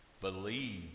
Believe